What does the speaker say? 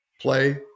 play